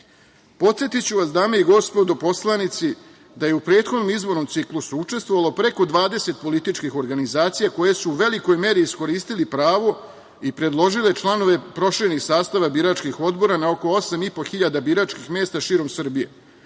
dana. Podsetiću vas, dame i gospodo poslanici, da je u prethodnom izbornom ciklusu učestvovalo preko 20 političkih organizacija koje su u velikoj meri iskoristili pravo i predložile članove proširenih sastava biračkih odbora na oko osam i po hiljada biračkih mesta širom Srbije,